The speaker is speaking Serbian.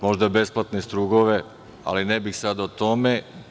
Možda besplatne strugove, ali ne bih sada o tome.